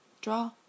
draw